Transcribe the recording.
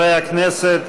חברי הכנסת,